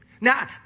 Now